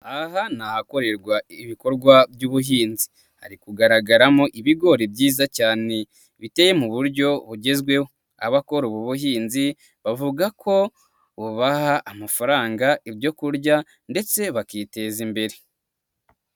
Aha ni ahakorerwa ibikorwa by'ubuhinzi hari kugaragaramo ibigori byiza cyane biteye mu buryo bugezweho. Abakora ubu buhinzi bavuga ko bubaha amafaranga ,ibyo kurya ndetse bakiteza imbere.